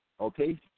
okay